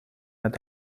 met